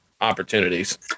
opportunities